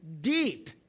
deep